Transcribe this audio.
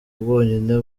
bwonyine